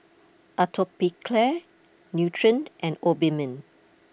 Atopiclair Nutren and Obimin